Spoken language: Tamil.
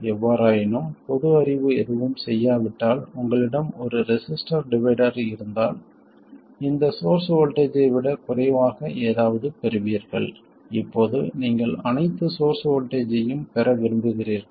எவ்வாறாயினும் பொது அறிவு எதுவும் செய்யாவிட்டால் உங்களிடம் ஒரு ரெசிஸ்டர் டிவைடர் இருந்தால் இந்த சோர்ஸ் வோல்ட்டேஜ் ஐ விட குறைவாக ஏதாவது பெறுவீர்கள் இப்போது நீங்கள் அனைத்து சோர்ஸ் வோல்ட்டேஜ் ஐயும் பெற விரும்புகிறீர்கள்